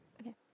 okay